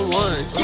one